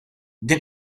din